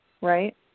Right